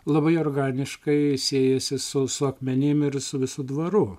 labai organiškai siejasi su su akmenim ir su visu dvaru